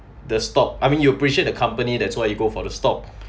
the stock I mean you appreciate the company that's why you go for the stock